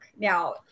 now